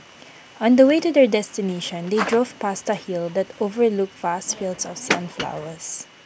on the way to their destination they drove past A hill that overlooked vast fields of sunflowers